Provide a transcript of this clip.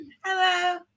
Hello